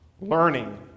learning